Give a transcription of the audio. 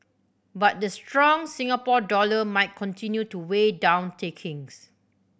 but the strong Singapore dollar might continue to weigh down takings